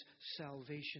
salvation